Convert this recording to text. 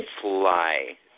fly